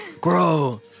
Grow